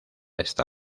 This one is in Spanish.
esta